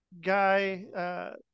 guy